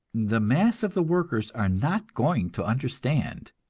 the mass of the workers are not going to understand,